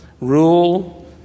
rule